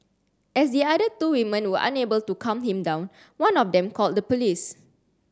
as the other two women were unable to calm him down one of them called the police